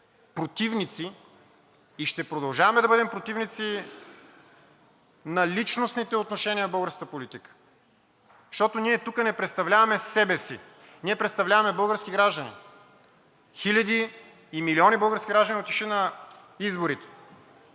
противници и ще продължаваме да бъдем противници на личностните отношения в българската политика, защото ние тук не представляваме себе си. Ние представляваме български граждани – хиляди и милиони български граждани, отишли на изборите,